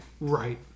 right